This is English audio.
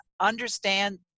understand